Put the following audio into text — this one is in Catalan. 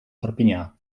perpinyà